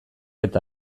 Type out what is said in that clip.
eta